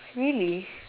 really